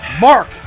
Mark